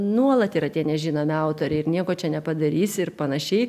nuolat yra tie nežinomi autoriai ir nieko čia nepadarysi ir panašiai